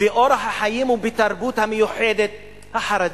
באורח החיים ובתרבות המיוחדת החרדית,